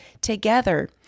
together